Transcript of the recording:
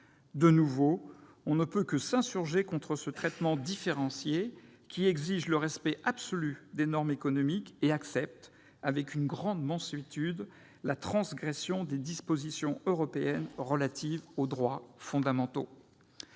De nouveau, on ne peut que s'insurger contre ce traitement différencié, qui exige le respect absolu des normes économiques, mais accepte avec une grande mansuétude la transgression des dispositions européennes relatives aux droits fondamentaux.